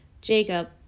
Jacob